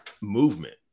movement